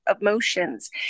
emotions